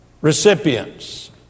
recipients